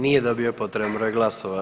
Nije dobio potreban broj glasova.